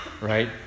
right